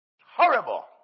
Horrible